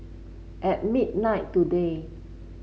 at midnight today